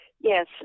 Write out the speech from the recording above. Yes